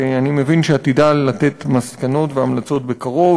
שאני מבין שעתידה לתת מסקנות והמלצות בקרוב.